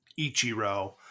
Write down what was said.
Ichiro